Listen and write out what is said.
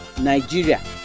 Nigeria